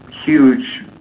huge